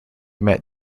met